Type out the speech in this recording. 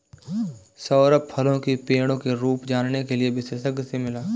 सौरभ फलों की पेड़ों की रूप जानने के लिए विशेषज्ञ से मिला